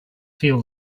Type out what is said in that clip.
feel